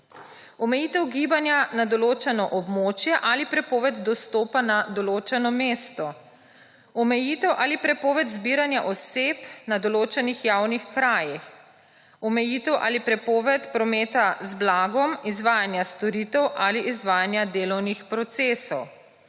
omejitev gibanja na določeno območje ali prepoved dostopa na določeno mesto, omejitev ali prepoved zbiranja oseb na določenih javnih krajih, omejitev ali prepoved prometa z blagom, izvajanja storitev ali izvajanja delovnih procesov,